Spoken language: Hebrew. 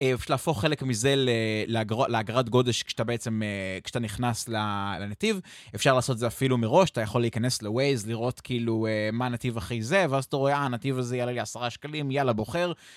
אפשר להפוך חלק מזה לאגרת גודש כשאתה נכנס לנתיב. אפשר לעשות את זה אפילו מראש, אתה יכול להיכנס ל-Waze, לראות כאילו מה הנתיב הכי זה, ואז אתה רואה, הנתיב הזה יעלה לי עשרה שקלים, יאללה, בוחר.